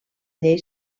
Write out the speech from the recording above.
llei